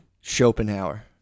Schopenhauer